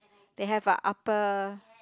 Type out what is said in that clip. they have a upper